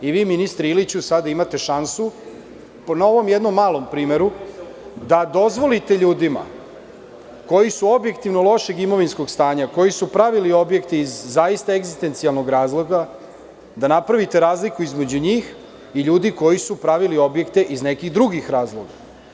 I vi ministre Iliću, sada imate šansu po novom jednom malom primeru, da dozvolite ljudima koji su objektivno lošeg imovinskog stanja, koji su pravili objekte iz zaista egzistencijalnog razloga, da napravite razliku između njih i ljudi koji su pravili objekte iz nekih drugih razloga.